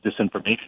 disinformation